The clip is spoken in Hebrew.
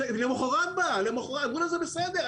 למוחרת היא באה לבנק ואמרו לה זה בסדר,